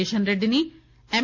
కిషన్రెడ్డిని ఎమ్